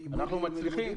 אנחנו מצליחים.